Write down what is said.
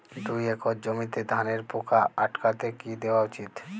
দুই একর জমিতে ধানের পোকা আটকাতে কি দেওয়া উচিৎ?